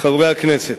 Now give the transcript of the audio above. חברי הכנסת.